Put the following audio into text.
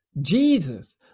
Jesus